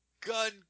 gun